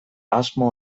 asmo